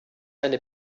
eine